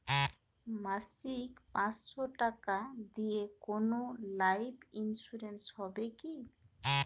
মাসিক পাঁচশো টাকা দিয়ে কোনো লাইফ ইন্সুরেন্স হবে কি?